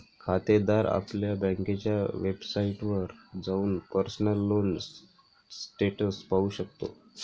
खातेदार आपल्या बँकेच्या वेबसाइटवर जाऊन पर्सनल लोन स्टेटस पाहू शकतो